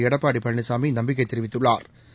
எடப்பாடி பழனிசாமி நம்பிக்கை தெரிவித்துள்ளாா்